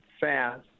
fast